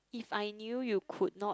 if I knew you could not